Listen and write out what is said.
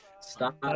Stop